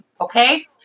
okay